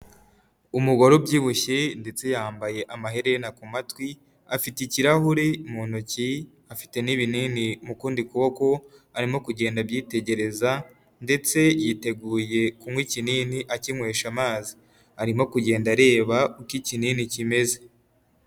Umugore ubyibushye ndetse yambaye amaherena ku matwi, afite ikirahure mu ntoki, afite n'ibinini mu kundi kuboko arimo kugenda abyitegereza ndetse yiteguye kunywa ikinini akinywesha amazi, arimo kugenda areba uko ikinini kimeze.